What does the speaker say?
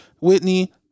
Whitney